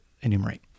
enumerate